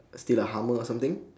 steal a hummer or something